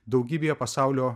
daugybėje pasaulio